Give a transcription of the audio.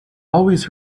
always